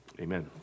amen